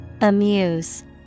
Amuse